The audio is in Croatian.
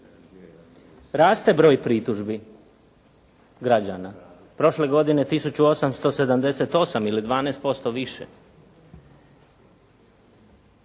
Raste broj pritužbi građana. Prošle godine 1878. ili 12% više.